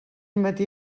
matí